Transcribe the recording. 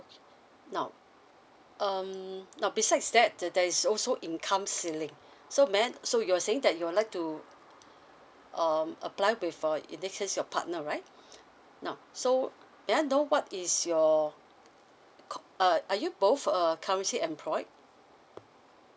now um besides that there is also incomes ceiling so meant so you're saying that you would like to um apply with in this case your partner right now so may I know what is your co~ are you both err currently employed